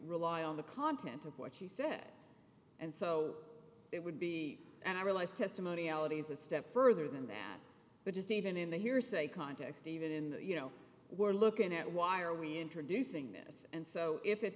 rely on the content of what he said and so it would be and i realize testimony ality is a step further than that but just even in the hearsay context even you know we're looking at why are we introducing this and so if it